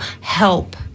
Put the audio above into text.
help